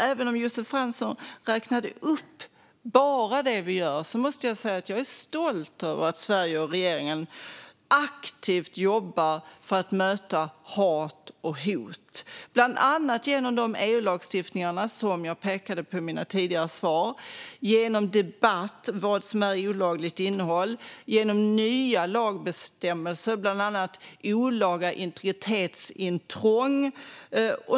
Även om Josef Fransson räknade upp bara det som vi gör måste jag säga att jag är stolt över att Sverige och regeringen aktivt jobbar för att möta hat och hot, bland annat genom de EU-lagstiftningar som jag har pekat på i mina tidigare svar, genom debatt om vad som är olagligt innehåll och genom att införa nya lagar, bland annat när det gäller olaga integritetsintrång.